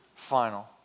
final